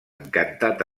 encantat